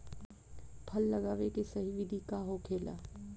फल लगावे के सही विधि का होखेला?